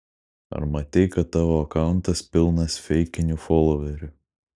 ar matei kad tavo akauntas pilnas feikinių foloverių